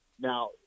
Now